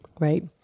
Right